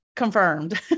confirmed